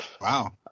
Wow